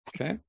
Okay